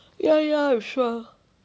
ya ya I'm sure